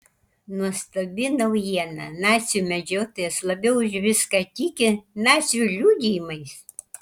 nuostabi naujiena nacių medžiotojas labiau už viską tiki nacių liudijimais